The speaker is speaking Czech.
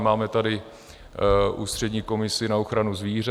Máme tady ústřední komisi na ochranu zvířat.